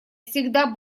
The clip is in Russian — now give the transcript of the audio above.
всегда